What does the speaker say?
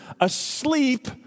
asleep